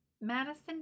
Madison